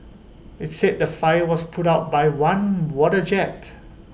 IT said the fire was put out with one water jet